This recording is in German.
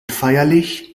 feierlich